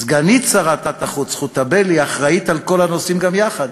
סגנית שר החוץ חוטובלי אחראית לכל הנושאים גם יחד,